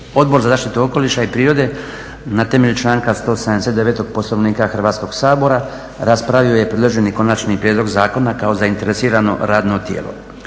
Odbor za zaštitu okoliša i prirode na temelju članka 179. Poslovnika Hrvatskog sabora raspravio je predloženi konačni prijedlog zakona kao zainteresirano radno tijelo.